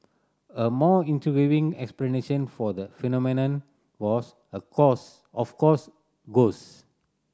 a more intriguing explanation for the phenomenon was of course of course ghost